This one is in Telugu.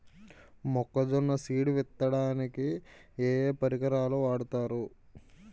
మొక్కజొన్న సీడ్ విత్తడానికి ఏ ఏ పరికరాలు వాడతారు?